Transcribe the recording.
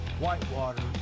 whitewater